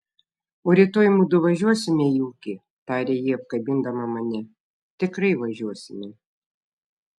o rytoj mudu važiuosime į ūkį tarė ji apkabindama mane tikrai važiuosime